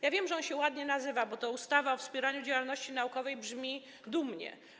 Ja wiem, że on się ładnie nazywa, bo ten tytuł, ustawa o wspieraniu działalności naukowej, brzmi dumnie.